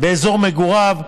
באזור מגוריו.